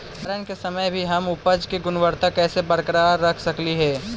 भंडारण के समय भी हम उपज की गुणवत्ता कैसे बरकरार रख सकली हे?